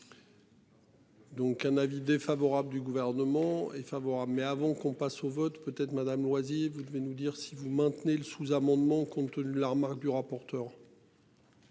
Donc un avis défavorable du gouvernement est favorable mais avant qu'on passe au vote peut être Madame loisirs, vous devez nous dire si vous maintenez le sous-amendement compte tenu la remarque du rapporteur.